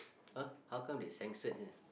!huh! how come they censored here